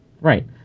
Right